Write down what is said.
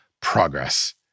progress